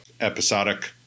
episodic